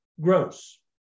gross